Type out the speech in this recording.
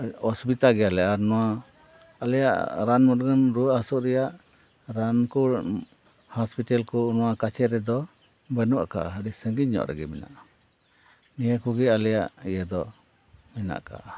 ᱚᱥᱩᱵᱤᱛᱟ ᱜᱮᱭᱟ ᱞᱮ ᱟᱨ ᱱᱚᱣᱟ ᱟᱞᱮᱭᱟᱜ ᱨᱟᱱ ᱢᱩᱨᱜᱟᱹᱱ ᱨᱩᱭᱟᱹᱜ ᱦᱟᱥᱩᱜ ᱨᱮᱭᱟᱜ ᱨᱟᱱ ᱠᱚ ᱦᱳᱥᱯᱤᱴᱟᱞ ᱠᱚ ᱱᱚᱣᱟ ᱥᱩᱨ ᱨᱮᱫᱚ ᱵᱟᱹᱱᱩᱜ ᱟᱠᱟᱫᱼᱟ ᱟᱹᱰᱤ ᱥᱟᱺᱜᱤᱧ ᱧᱚᱜ ᱨᱮᱜᱮ ᱢᱮᱱᱟᱜᱼᱟ ᱱᱤᱭᱟᱹ ᱠᱚᱜᱮ ᱟᱞᱮᱭᱟᱜ ᱤᱭᱟᱹ ᱫᱚ ᱢᱮᱱᱟᱜ ᱟᱠᱟᱫᱼᱟ